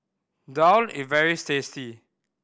daal is very tasty